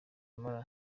muller